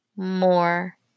more